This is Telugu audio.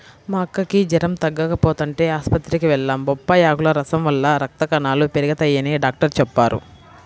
మా అక్కకి జెరం తగ్గకపోతంటే ఆస్పత్రికి వెళ్లాం, బొప్పాయ్ ఆకుల రసం వల్ల రక్త కణాలు పెరగతయ్యని డాక్టరు చెప్పారు